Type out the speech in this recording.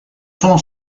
sono